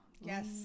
yes